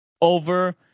over